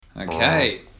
Okay